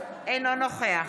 אינו נוכח